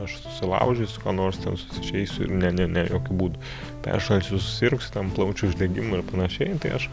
aš susilaužysiu ką nors ten išeisiu ir ne ne ne jokiu būdu peršalsi susirgsi plaučių uždegimu ir panašiai tai aš